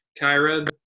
Kyra